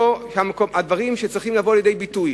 שהדברים שצריכים לבוא לידי ביטוי